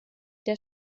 der